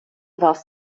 warst